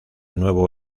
nuevo